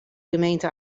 gemeente